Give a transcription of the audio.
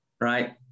right